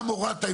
גם הורדת,